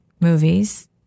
movies